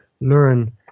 learn